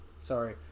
Sorry